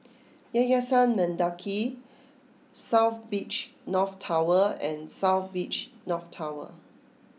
Yayasan Mendaki South Beach North Tower and South Beach North Tower